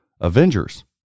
Avengers